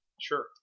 Sure